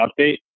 update